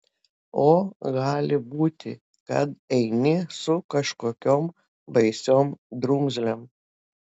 o gali būti kad eini su kažkokiom baisiom drumzlėm